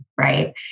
right